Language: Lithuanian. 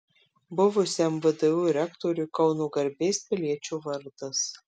buvusiam vdu rektoriui kauno garbės piliečio vardas